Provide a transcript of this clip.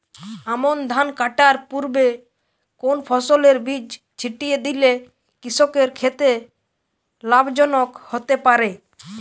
আমন ধান কাটার পূর্বে কোন ফসলের বীজ ছিটিয়ে দিলে কৃষকের ক্ষেত্রে লাভজনক হতে পারে?